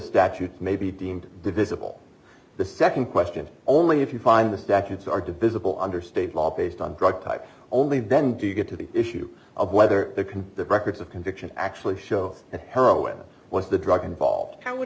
statute may be deemed divisible the nd question only if you find the statutes are divisible under state law based on drug type only then do you get to the issue of whether the can the records of conviction actually show that heroin was the drug involved